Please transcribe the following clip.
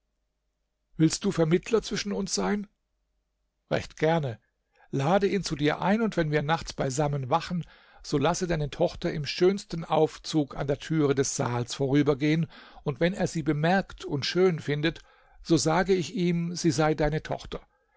willst du vermittler zwischen uns sein recht gerne lade ihn zu dir ein und wenn wir nachts beisammen wachen so lasse deine tochter im schönsten aufzug an der türe des saals vorübergehen und wenn er sie bemerkt und schön findet so sage ich ihm sie sei deine tochter